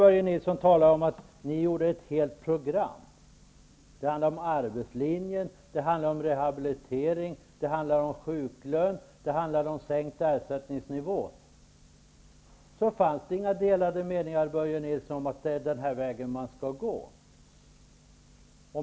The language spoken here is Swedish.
Börje Nilsson talar om att Socialdemokraterna lade fast ett helt program. Det handlade om arbetslinjen, rehabilitering, sjuklön och sänkt ersättningsnivå. Då fanns det inga delade meningar om att det var den vägen man skulle gå.